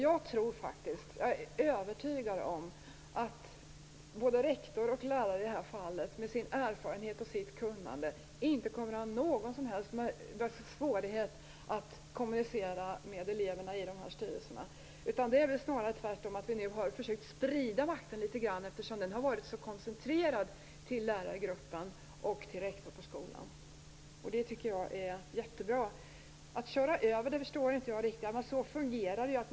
Jag är övertygad om att både rektor och lärare, med erfarenhet och kunnande, inte kommer att ha några som helst svårigheter att kommunicera med eleverna i dessa styrelser. Nu har vi snarare tvärtom försökt sprida makten litet grand, eftersom den har varit så koncentrerad till lärargruppen och rektor på skolan. Det är jättebra. Jag förstår inte riktigt detta att "köra över".